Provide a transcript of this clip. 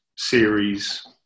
series